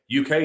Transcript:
UK